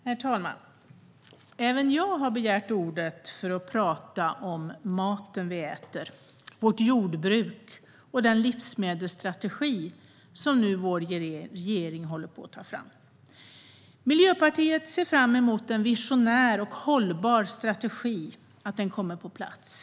Herr talman! Även jag har begärt ordet för att prata om maten vi äter, vårt jordbruk och den livsmedelsstrategi som regeringen nu håller på att ta fram. Miljöpartiet ser fram emot att en visionär och hållbar strategi kommer på plats.